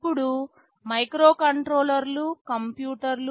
ఇప్పుడు మైక్రోకంట్రోలర్లు కంప్యూటర్లు